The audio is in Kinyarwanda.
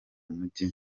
mujyi